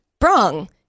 brung